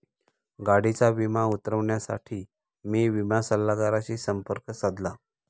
गाडीचा विमा उतरवण्यासाठी मी विमा सल्लागाराशी संपर्क साधला